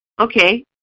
Okay